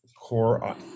core